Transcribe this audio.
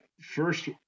first